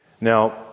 now